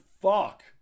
fuck